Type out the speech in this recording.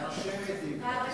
והרשמת, אם כבר.